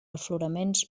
afloraments